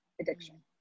addiction